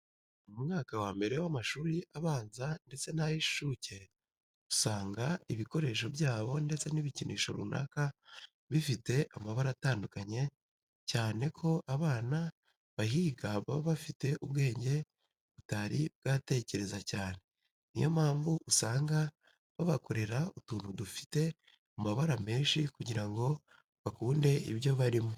Mu mwaka wa mbere w'amashuri abanza ndetse n'ay'inshuke usanga ibikoresho byabo ndetse n'ibikinisho runaka bifite amabara atandukanye cyane ko abana bahiga baba bafite ubwenge butari bwatekereza cyane, niyo mpamvu usanga babakorera utuntu dufite amabara menshi kugira ngo bakunde ibyo barimo.